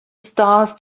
stars